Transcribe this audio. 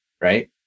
right